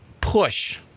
push